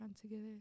together